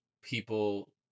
people